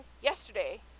yesterday